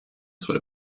zwei